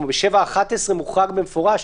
ב-7(11) מוחרג במפורש,